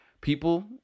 people